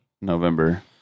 November